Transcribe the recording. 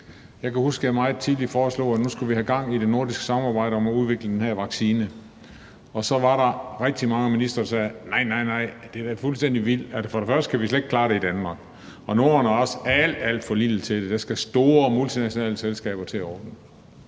Jeg kan huske, at jeg meget tidligt foreslog, at vi nu skulle have gang i det nordiske samarbejde om udviklingen af den her vaccine, og at der så var rigtig mange ministre, der sagde, at nej, nej, det er da fuldstændig vildt, vi kan slet ikke klare det i Danmark, og Norden er også alt, alt for lille til det, og at der skal store multinationale selskaber til at ordne